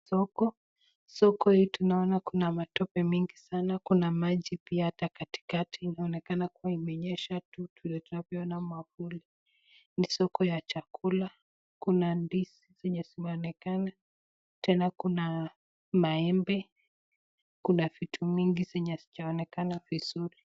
Soko , soko hii tunaona Kuna matope mingi sana Kuna maji pia katikati , inaonekana kuwa imenyesha vile tu navyo ona mafuli, ni soko ya chakula kuna zenye zinaonekana tena Kuna maembe kuna vitu mimgi zenye sinaonekana vizuri